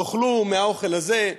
תאכלו מהאוכל הזה,